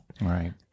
right